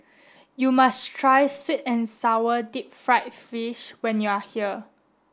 you must try sweet and sour deep fried fish when you are here